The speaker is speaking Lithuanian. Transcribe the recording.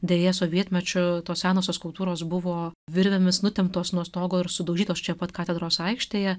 deja sovietmečiu tos senosios skulptūros buvo virvėmis nutemptos nuo stogo ir sudaužytos čia pat katedros aikštėje